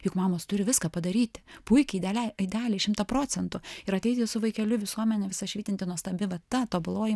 juk mamos turi viską padaryti puikiai idealiai idealiai šimtą procentų ir ateiti su vaikeliu į visuomenę visa švytinti nuostabi ta tobuloji